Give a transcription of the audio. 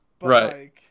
right